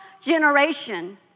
generation